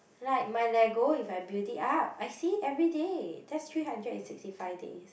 like my Lego if I build it up I see everyday just three hundred and sixty five day